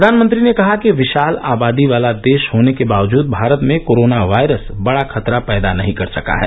प्रधानमंत्री ने कहा कि विशाल आबादी वाला देश होने के बावजूद भारत में कोरोना वायरस बड़ा खतरा पैदा नहीं कर सका है